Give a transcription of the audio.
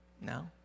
No